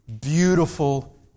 beautiful